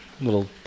little